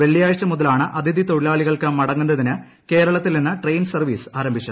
വെള്ളിയാഴ്ച മുതലാണ് അതിഥി തൊഴിലാളികൾക്ക് മടങ്ങുന്നതിന് കേരളത്തിൽ നിന്ന് ട്രെയിൻ സർവീസ് ആരംഭിച്ചത്